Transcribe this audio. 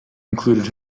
included